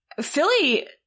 Philly